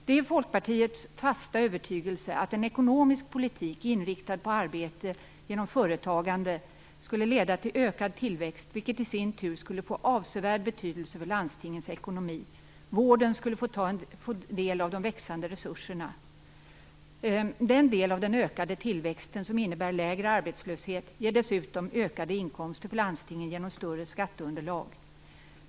Det är Folkpartiets fasta övertygelse att en ekonomisk politik inriktad på arbete genom företagande skulle leda till ökad tillväxt, vilket i sin tur skulle få avsevärd betydelse för landstingens ekonomi. Vården skulle få del av de växande resurserna. Den del av den ökade tillväxten som innebär en lägre arbetslöshet ger dessutom ökade inkomster för landstingen genom ett större skatteunderlag.